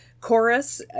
chorus